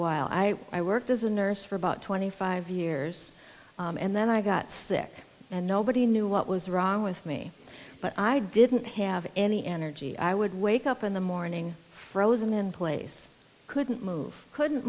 while i i worked as a nurse for about twenty five years and then i got sick and nobody knew what was wrong with me but i didn't have any energy i would wake up in the morning frozen in place couldn't move couldn't